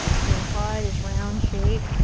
to imply this round shape.